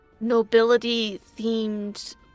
nobility-themed